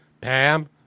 Pam